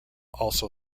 also